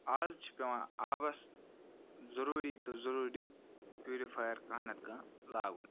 آز چھِ پیٚوان آبَس ضوٚروٗری تہٕ ضوٚروٗری پیورِفایَر کانٛہہ نَتہٕ کانٛہہ لاگُن